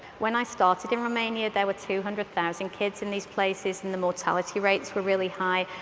when i started in romania, there were two hundred thousand kids in these places and the mortality rates were really high,